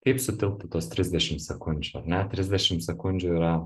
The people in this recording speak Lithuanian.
kaip sutiplt į tuos trisdešim sekundžių ar ne trisdešim sekundžių yra